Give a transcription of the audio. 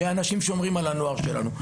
שנאמרים על הנוער שלנו.